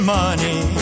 money